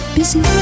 busy